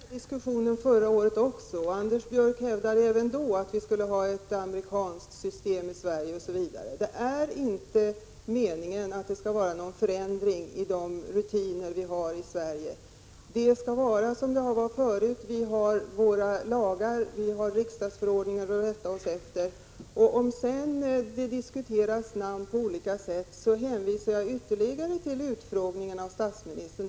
Fru talman! Vi hade denna diskussion också förra året, och Anders Björck hävdade även då att vi skulle ha ett amerikanskt system i Sverige. Det är inte meningen att det skall bli en förändring i de rutiner vi tillämpar i Sverige. De skall vara som de har varit förut. Vi har våra lagar och riksdagsordningen att rätta oss efter. Om vi sedan diskuterar olika namn hänvisar jag till utfrågningen av statsministern.